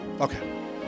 Okay